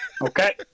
Okay